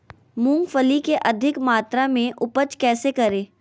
मूंगफली के अधिक मात्रा मे उपज कैसे करें?